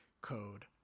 code